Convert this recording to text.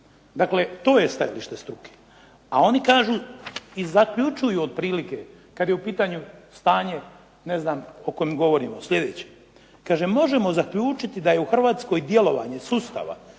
Dakle to je stajalište struke. A oni kažu i zaključuju otprilike, kad je u pitanju stanje, ne znam o kojem govorimo, slijedeće. Kažem možemo zaključiti da je u Hrvatskoj djelovanje sustava